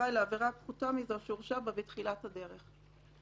שאחראי לעבירה פחותה מזו שהורשע בה בתחילת הדרך.